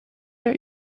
der